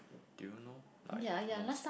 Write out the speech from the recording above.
do you know like most